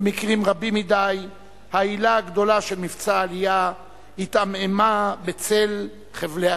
במקרים רבים מדי ההילה הגדולה של מבצע העלייה התעמעמה בצל חבלי הקליטה.